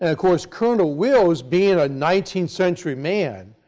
ah course colonel wells being a nineteenth century man,